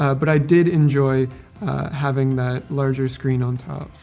ah but i did enjoy having that larger screen on top.